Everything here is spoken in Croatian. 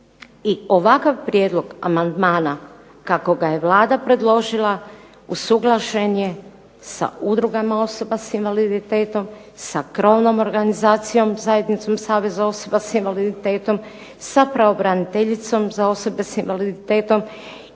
I ovakav prijedlog amandmana kako ga je Vlada predložila usuglašen je sa udrugama sa invaliditetom, sa "Kron" organizacijom zajednicom Saveza osoba sa invaliditetom,